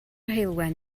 heulwen